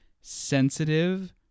sensitive